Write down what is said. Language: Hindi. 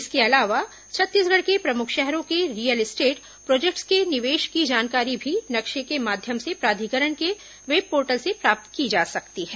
इसके अलावा छत्तीसगढ के प्रमुख शहरों के रियल एस्टेट प्रोजेक्टस के निवेश की जानकारी भी नक्शे के माध्यम में प्राधिकरण के वेब पोर्टल से प्राप्त की जा सकती है